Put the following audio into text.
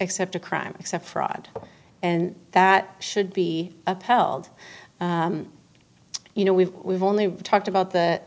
except a crime except fraud and that should be upheld you know we've we've only talked about the